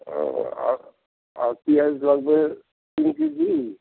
ও আর আর পিঁয়াজ লাগবে তিন কেজি